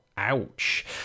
Ouch